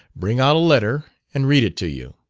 bring out a letter and read it to you.